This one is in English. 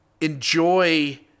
enjoy